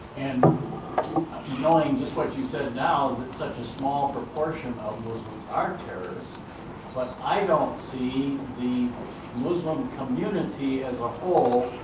and knowing just what you said now, that such a small proportion of muslims are terrorists. but i don't see the muslim community, as a whole,